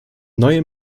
neue